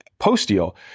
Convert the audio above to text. post-deal